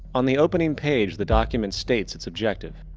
on the opening page the document states its objective.